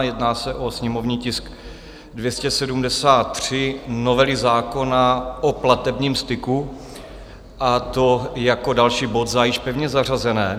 Jedná se o sněmovní tisk 273, novelu zákona o platebním styku, a to jako další bod za již pevně zařazené.